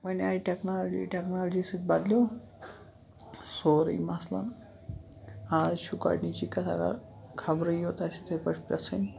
وۄنۍ آیہِ technology technology سۭتۍ بَدلیو سورُے مَسلاً آز چھُ گۄڈٕنِچی کَتھ اَگر خبرے یوت آسہِ اِتھٕے پٲٹھۍ پرٛژھٕنۍ